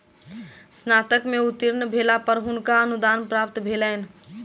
स्नातक में उत्तीर्ण भेला पर हुनका अनुदान प्राप्त भेलैन